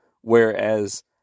Whereas